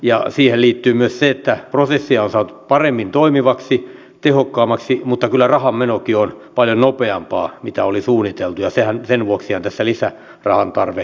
ja siihen liittyy myös se että prosessia on saatu paremmin toimivaksi tehokkaammaksi mutta kyllä rahanmenokin on paljon nopeampaa mitä oli suunniteltu ja sen vuoksihan tässä lisärahan tarve on